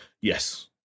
Yes